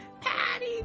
patty